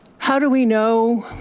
how do we know